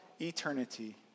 eternity